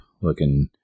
looking